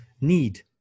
need